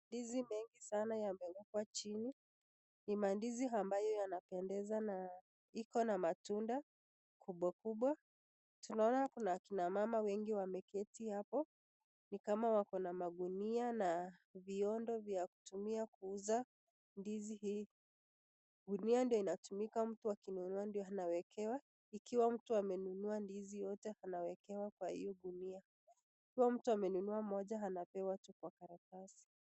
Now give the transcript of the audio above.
Ndizi mengi sana yamewekwa chini ni mandizi ambayo yanayopendeza na iko na matunda kubwa kubwa . Tunaona kuna kina mama wengi wameketi hapo ni kama wako na magunia na viondo vya kutumia kuuza ndizi hii. Ngunia ndio inatumika mtu akinunua ndo anawekewa akiwa mtu amenunua ndizi yote anawekewa kwa hiyo gunia ikiwa mutu amenunua moja anwekewa kwa karatasi.